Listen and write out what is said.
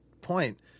point –